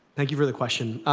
thank you for the question.